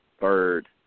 third